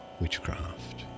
witchcraft